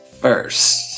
first